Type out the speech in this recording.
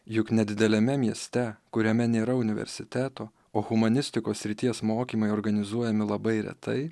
juk nedideliame mieste kuriame nėra universiteto o humanistikos srities mokymai organizuojami labai retai